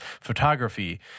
Photography